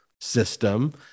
system